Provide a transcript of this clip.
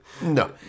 No